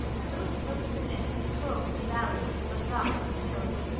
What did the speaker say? and little smoke-blue mists curled through the valleys and floated off from the hills.